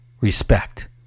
respect